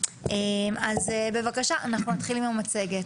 נתחיל עם המצגת.